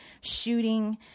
shooting